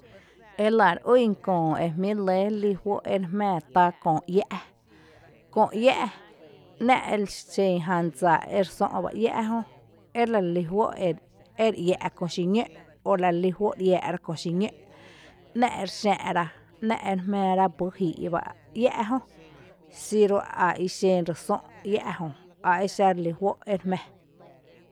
Jélⱥ re ýn köö e jmíi’ re lɇ ré lí juó’ ere jmⱥⱥ tá köö iⱥ’, köö iⱥ’ ‘nⱥ’ eli xen jan dsa ire sö’ bá iⱥ’ jö ela relí juó’ ere iⱥ’ köö xiñǿ’ o larelí juó’ ere i iⱥⱥ’ ra köö xiñǿ’, ‘nⱥ’ ere xäa’ra nⱥ’ere jmⱥⱥ bý jíi’ iⱥ’ jö xiru ai xen re sö’ iⱥ’ jö aexa relí juó’ re jmⱥⱥ.